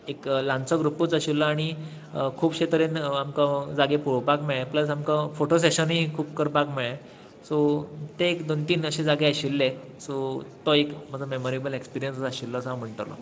एक ल्हानसो ग्रुपूच आशिल्लो आनी खूबशे तरेन आमकां जागे पळोवपाक गेले प्लस आमकां फोटो सेशनूय खूब करपाक मेळ्ळें सो ते एक दोन तीन अशे जागे आशिल्ले सो तो एक म्हजो मेमोरेबल एक्स्पिरियन्स आशिल्लो असो हांव म्हणटलो